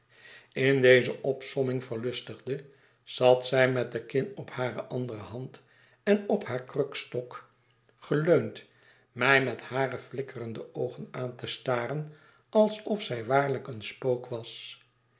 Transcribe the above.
in deze opsomming verlustigde zat zij met de kin op hare andere hand en op haar krukstok geleund mij met hare flikkerende oogen aan te staren alsof zij waarlijk een spook was